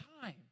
time